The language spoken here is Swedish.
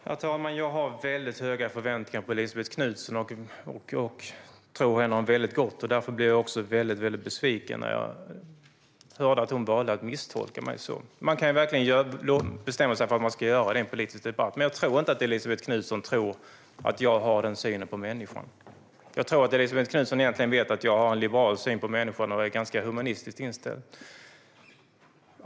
Herr talman! Jag har väldigt höga tankar om Elisabet Knutsson. Jag tror henne om gott. Därför blir jag väldigt besviken när hon väljer att misstolka mig på det sättet. Man kan verkligen bestämma sig för att göra det i en politisk debatt. Men jag tror inte att Elisabet Knutsson tror att jag har den synen på människan. Elisabet Knutsson vet egentligen att jag har en liberal syn på människan och en ganska humanistisk inställning.